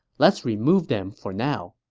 let's remove them for now.